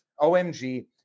OMG